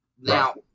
Now